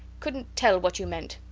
couldnt tell what you meant.